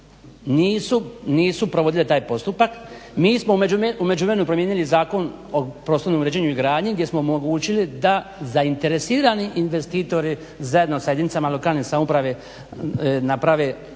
nisu provodile taj postupak. Mi smo u međuvremenu promijenili Zakon o prostornom uređenju i gradnji, gdje smo omogućili da zainteresirani investitori zajedno sa jedinicama lokalne samouprave naprave